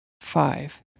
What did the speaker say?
five